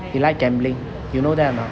he like gambling you know or not